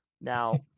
Now